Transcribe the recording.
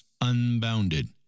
unbounded